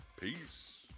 Peace